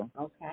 Okay